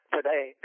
Today